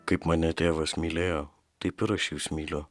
kaip mane tėvas mylėjo taip ir aš jus myliu